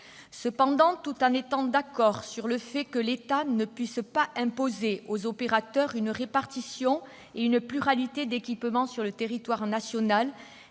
Cependant, tout en étant d'accord sur le fait que l'État ne puisse pas imposer aux opérateurs une répartition et une pluralité d'équipements sur le territoire national,